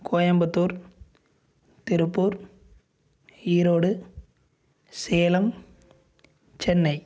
Coimbatore Tiruppur Erode Salem Chennai